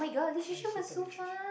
I hated Literature